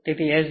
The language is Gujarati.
તેથી S0 0